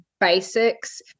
basics